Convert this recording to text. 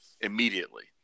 immediately